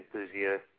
enthusiasts